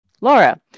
Laura